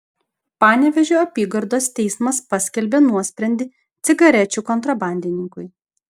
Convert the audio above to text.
panevėžio apygardos teismas paskelbė nuosprendį cigarečių kontrabandininkui